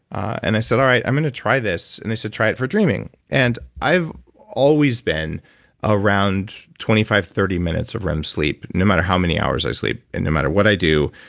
and i said all right, i'm going to try this. and they said, try it for dreaming. and i've always been around twenty five thirty minutes of rem sleep, no matter how many hours i sleep, and no matter what i do.